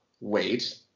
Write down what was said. wait